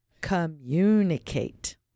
communicate